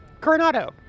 Coronado